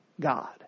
God